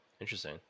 Interesting